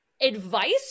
Advice